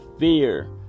Fear